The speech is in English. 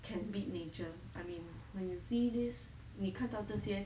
can beat nature I mean when you see this 你看到这些